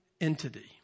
entity